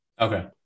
okay